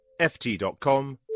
ft.com